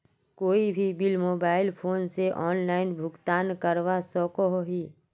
कोई भी bill mobile phone से ऑनलाइन भुगतान करवा सकोहो ही?